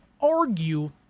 argue